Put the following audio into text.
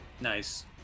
Nice